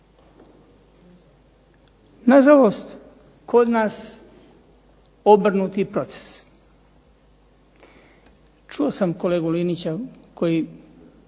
Nažalost, kod nas obrnuti proces. Čuo sam kolegu Linića koji